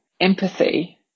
Empathy